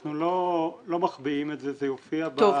אנחנו לא מחביאים את זה, זה יופיע בתקנות.